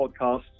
podcasts